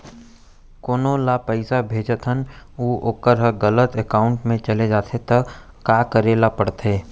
कोनो ला पइसा भेजथन अऊ वोकर ह गलत एकाउंट में चले जथे त का करे ला पड़थे?